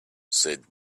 said